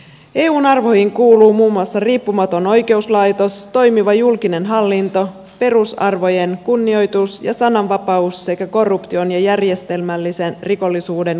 eun arvoihin kuuluu muun muassa riippumaton oikeuslaitos toimiva julkinen hallinto perusarvojen kunnioitus ja sananvapaus sekä korruption ja järjestelmällisen rikollisuuden kitkeminen